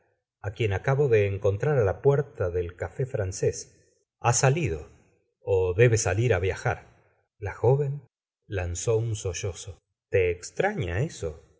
á quien acabo de encontrar á la puerta del café francés ha salido ó debe salir á viajar la joven lanzó un sollozo te extraña eso